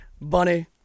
Bunny